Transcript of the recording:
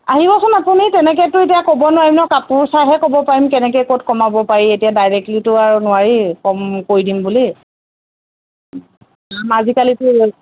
আহিবচোন আপুনি তেনেকৈতো এতিয়া ক'ব নোৱাৰিম ন' কাপোৰ চাইহে ক'ব পাৰিম কেনেকৈ ক'ত কমাব পাৰি এতিয়া ডাইৰেক্টলিতো আৰু নোৱাৰি কম কৰি দিম বুলি আজিকালিতো